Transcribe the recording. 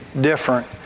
different